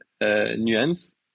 nuance